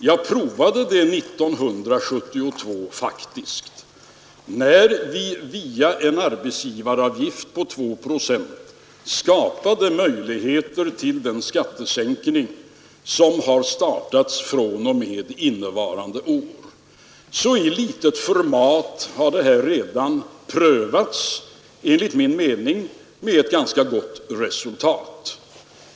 Jag provade det faktiskt 1972, när vi via en arbetsgivaravgift på 2 procent skapade möjligheter till den skattesänkning som har startats fr.o.m. början av innevarande år. I litet format har det här alltså redan prövats — enligt min mening med ett ganska gott resultat.